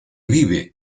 vive